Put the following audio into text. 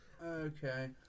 Okay